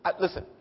Listen